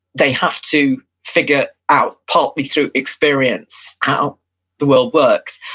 they have to figure out partly through experience how the world works.